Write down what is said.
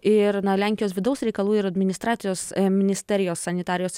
ir na lenkijos vidaus reikalų ir administracijos ministerijos sanitarijos